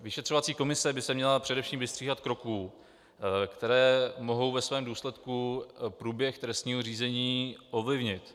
Vyšetřovací komise by se měla především vystříhat kroků, které mohou ve svém důsledku průběh trestního řízení ovlivnit.